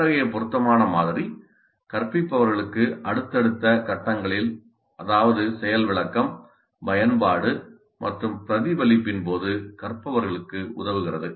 அத்தகைய பொருத்தமான மாதிரி கற்பிப்பவர்களுக்கு அடுத்தடுத்த கட்டங்களில் அதாவது செயல் விளக்கம் பயன்பாடு மற்றும் பிரதிபலிப்பின் போது கற்பவர்களுக்கு உதவுகிறது